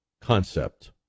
concept